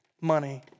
money